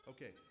Okay